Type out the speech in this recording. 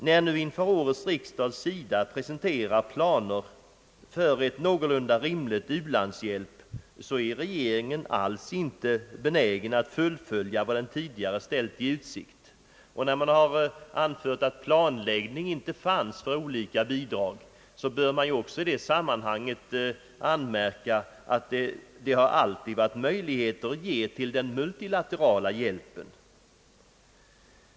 När nu inför årets riksdag SIDA presenterar planer för ett någorlunda rimligt u-landsstöd är regeringen inte alls benägen att fullfölja vad man tidigare ställt i utsikt. Och då man har anfört att planläggning inte fanns för olika bidrag, bör man också i det sammanhanget anmärka att det alltid funnits möjlighet att ge till den multilaterala hjälpen.